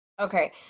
Okay